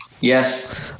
Yes